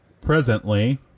presently